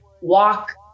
walk